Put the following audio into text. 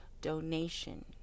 donation